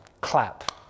clap